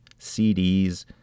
CDs